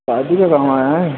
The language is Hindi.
आया है